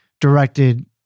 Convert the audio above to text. directed